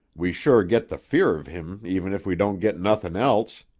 we sure get the fear of him even if we don't get nothin' else.